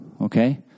Okay